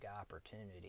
opportunity